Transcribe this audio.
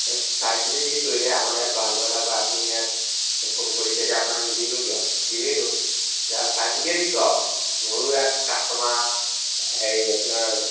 চাই চিতি দিছোঁ সেই আমাৰ ইয়াত ভাল ব্ৰইলাৰ পায় আপুনি ইয়াত ফোন কৰিছে এতিয়া আপোনাক নিদিমনো কিয় দিমেইতো চাই চিতিয়ে দিছোঁ আৰু মোৰো ইয়াত কাষ্টমাৰ হেৰি আপোনাৰ